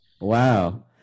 Wow